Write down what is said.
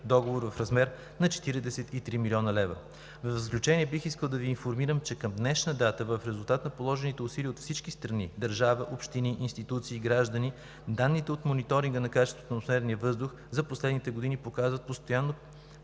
договор в размер на 43 млн. лв. В заключение бих искал да Ви информирам, че към днешна дата в резултат на положените усилия от всички страни – държава, общини, институции, граждани, данните от мониторинга на качеството на атмосферния въздух за последните години показват постоянно